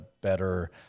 better